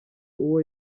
uwo